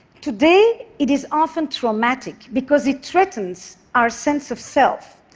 today it is often traumatic, because it threatens our sense of self.